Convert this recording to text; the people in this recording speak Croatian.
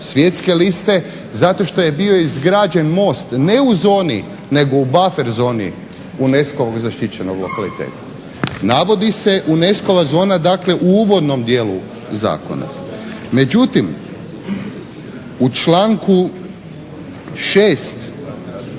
svjetske liste, zato što je bio izgrađen most, ne u zoni nego u buffer zoni UNESCO-vog zaštićenog lokaliteta. Navodi se UNESCO-va zona, dakle u uvodnom dijelu zakona. Međutim, u članku 6.